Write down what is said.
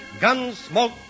Gunsmoke